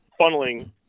funneling